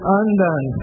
undone